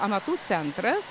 amatų centras